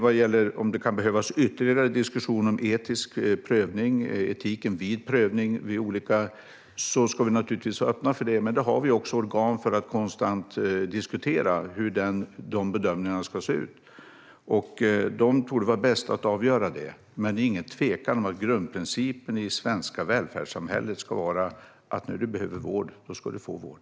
Vad gäller om det kan behövas ytterligare diskussion om etisk prövning och etiken vid prövning ska vi naturligtvis vara öppna för det, men där har vi också organ för att konstant diskutera hur bedömningarna ska se ut. De torde vara bäst på att avgöra det, men det är ingen tvekan om att grundprincipen i det svenska välfärdssamhället ska vara att när du behöver vård ska du få vård.